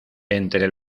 entre